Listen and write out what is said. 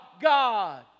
God